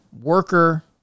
worker